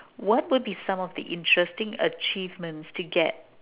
what would be some of the interesting achievements to get